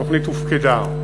התוכנית הופקדה.